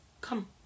Come